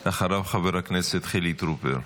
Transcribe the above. אחריו, חבר הכנסת חילי טרופר.